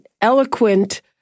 eloquent